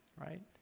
right